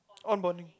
onboarding